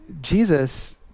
Jesus